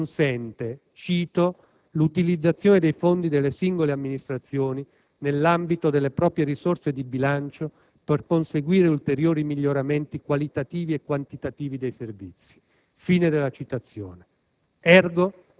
che si consente «l'utilizzazione dei fondi delle singole amministrazioni nell'ambito delle proprie risorse di bilancio per conseguire ulteriori miglioramenti qualitativi e quantitativi dei servizi». *Ergo*, niente